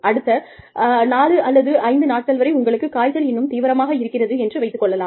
அடுத்த 4 அல்லது 5 நாட்கள் வரை உங்களுக்குக் காய்ச்சல் இன்னும் தீவிரமாக இருக்கிறது என்று வைத்துக் கொள்ளலாம்